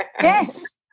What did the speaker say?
yes